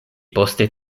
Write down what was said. poste